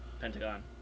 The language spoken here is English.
Pentagon